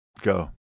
Go